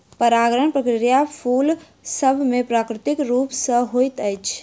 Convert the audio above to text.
परागण प्रक्रिया फूल सभ मे प्राकृतिक रूप सॅ होइत अछि